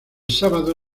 sábado